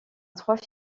trois